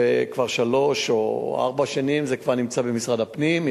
וכבר שלוש או ארבע שנים זה נמצא במשרד הפנים,